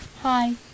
hi